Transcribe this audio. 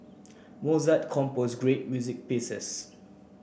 Mozart compose great music pieces